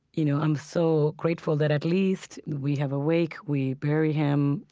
you know i'm so grateful that at least we have a wake. we bury him.